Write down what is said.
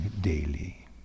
daily